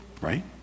Right